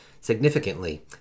significantly